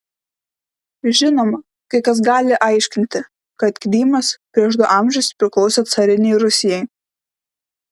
žinoma kai kas gali aiškinti kad krymas prieš du amžius priklausė carinei rusijai